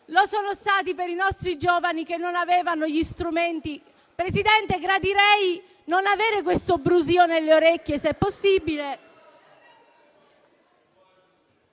lo sono stati per i nostri giovani che non avevano gli strumenti...*(Brusìo).* Presidente, gradirei non avere brusìo nelle orecchie, se è possibile.